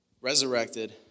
resurrected